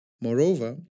Moreover